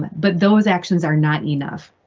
but those actions are not enough.